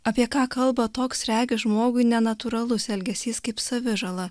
apie ką kalba toks regis žmogui nenatūralus elgesys kaip savižala